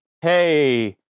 hey